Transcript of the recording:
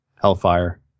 Hellfire